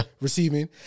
receiving